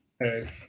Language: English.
Hey